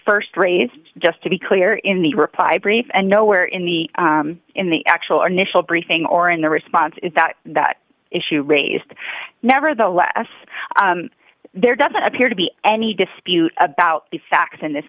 was st raised just to be clear in the reply brief and nowhere in the in the actual initial briefing or in the response is that that issue raised nevertheless there doesn't appear to be any dispute about the facts in this